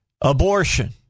abortion